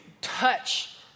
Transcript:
touch